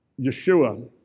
Yeshua